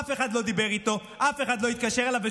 אף אחד לא דיבר איתו ואף אחד לא התקשר אליו.